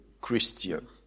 Christian